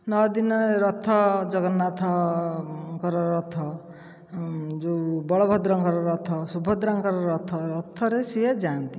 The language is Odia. ନଅଦିନ ରଥ ଜଗନ୍ନାଥଙ୍କର ରଥ ଯେଉଁ ବଲଭଦ୍ରଙ୍କର ରଥ ସୁଭଦ୍ରାଙ୍କ ରଥ ରଥରେ ସିଏ ଯାଆନ୍ତି